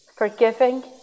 forgiving